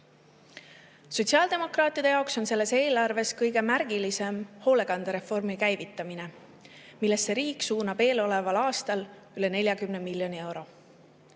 olla. Sotsiaaldemokraatide jaoks on selles eelarves kõige märgilisem hoolekande reformi käivitamine, millesse riik suunab eeloleval aastal üle 40 miljoni euro.